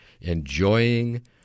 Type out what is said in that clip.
enjoying